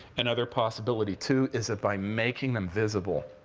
another possibility, too, is that by making them visible,